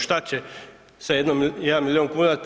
Šta će sa 1 milijun kuna?